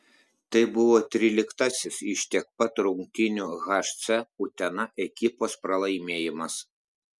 tai buvo tryliktasis iš tiek pat rungtynių hc utena ekipos pralaimėjimas